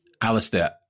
Alistair